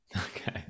okay